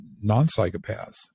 non-psychopaths